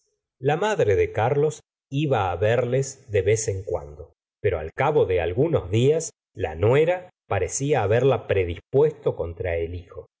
la madre de carlos iba verles de vez en cuando pero al cabo de algunos días la nuera parecía haberla predispuesto contra el hijo